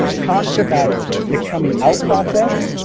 talks about the coming out process,